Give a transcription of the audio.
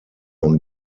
und